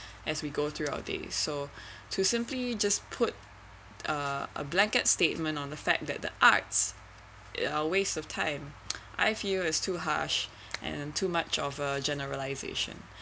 as we go through all these so to simply just put a blanket statement on the fact that the arts uh is a waste of time I fear is too harsh and too much of a generalisation